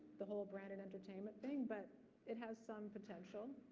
the whole branded entertainment thing, but it has some potential